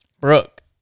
Brooke